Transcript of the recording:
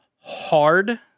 hard